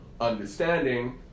understanding